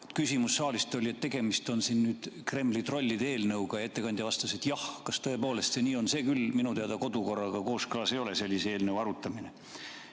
küsimus saalist oli, kas tegemist on Kremli trollide eelnõuga, ja ettekandja vastas, et jah. Kas tõepoolest see nii on? See küll minu teada kodukorraga kooskõlas ei ole, kui me sellist eelnõu arutame. Ja